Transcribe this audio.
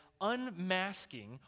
unmasking